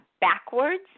backwards